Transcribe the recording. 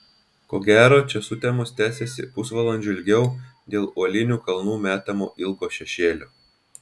ko gero čia sutemos tęsiasi pusvalandžiu ilgiau dėl uolinių kalnų metamo ilgo šešėlio